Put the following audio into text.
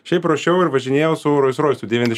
šiaip ruošiau ir važinėjau su rolsroisu devyniasdešim